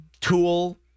tool